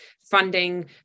funding